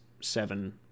seven